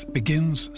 begins